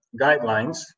guidelines